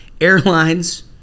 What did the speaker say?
Airlines